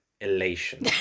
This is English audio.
elation